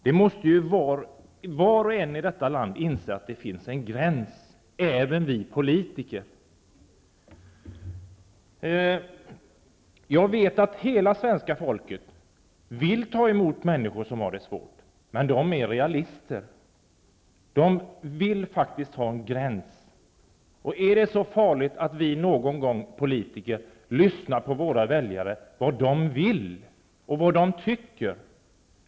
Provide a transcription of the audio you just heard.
Var och en i detta land, även vi politiker, måste inse att det finns en gräns. Jag vet att hela svenska folket vill ta emot människor som har det svårt, men de är realister. De vill faktiskt ha en gräns. Är det så farligt att vi politiker någon gång lyssnar på vad våra väljare vill och vad de tycker.